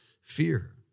fear